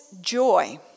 joy